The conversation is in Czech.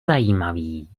zajímavý